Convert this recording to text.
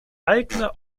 eigene